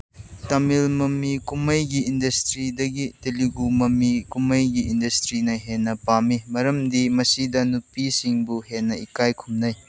ꯇꯥꯃꯤꯜ ꯃꯃꯤ ꯀꯨꯝꯍꯩꯒꯤ ꯏꯟꯗꯁꯇ꯭ꯔꯤꯗꯒꯤ ꯇꯦꯂꯨꯒꯨ ꯃꯃꯤ ꯀꯨꯝꯍꯩꯒꯤ ꯏꯟꯗꯁꯇ꯭ꯔꯤꯅ ꯍꯦꯟꯅ ꯄꯥꯝꯃꯤ ꯃꯔꯝꯗꯤ ꯃꯁꯤꯗ ꯅꯨꯄꯤꯁꯤꯡꯕꯨ ꯍꯦꯟꯅ ꯏꯀꯥꯏ ꯈꯨꯝꯅꯩ